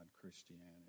Christianity